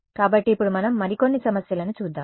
కాబట్టి ఇప్పుడు మనం మరికొన్ని సమస్యలను చూద్దాం